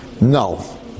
No